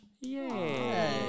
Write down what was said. Yay